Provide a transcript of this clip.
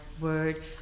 word